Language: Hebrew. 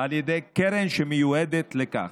על ידי קרן שמיועדת לכך.